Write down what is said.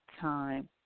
time